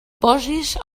posis